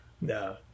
No